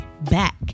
back